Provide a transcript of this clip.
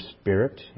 spirit